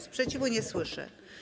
Sprzeciwu nie słyszę.